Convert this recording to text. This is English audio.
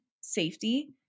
safety